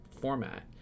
format